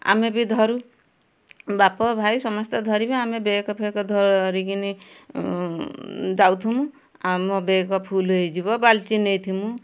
ଆମେ ବି ଧରୁ ବାପ ଭାଇ ସମସ୍ତେ ଧରିବେ ଆମେ ବ୍ୟାଗ୍ ଫ୍ୟାଗ୍ ଧରିକିନି ଯାଉମୁନୁ ଆମ ବ୍ୟାଗ୍ ଫୁଲ୍ ହେଇଯିବ ବାଲ୍ଟି ନେଇଥିମୁ